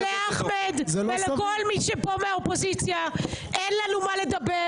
אני אומרת לכם ולאחמד ולכל מי שפה מהאופוזיציה: אין לנו על מה לדבר,